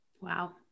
Wow